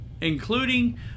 including